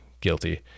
guilty